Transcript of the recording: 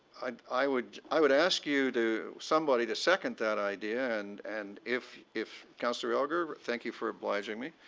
i would i would ask you to, somebody to second that idea. and and if if councillor elgar, thank you for obliging me.